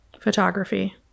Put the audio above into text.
Photography